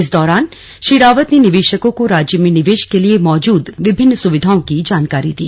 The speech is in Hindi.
इस दौरान श्री रावत ने निवेशकों को राज्य में निवेश के लिए मौजूद विभिन्न सुविधाओं की जानकारी दी